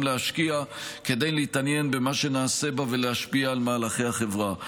להשקיע כדי להתעניין במה שנעשה בה ולהשפיע על מהלכי החברה.